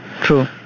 true